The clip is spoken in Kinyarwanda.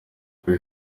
kuri